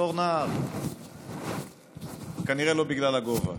בתור נער, כנראה לא בגלל הגובה.